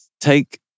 take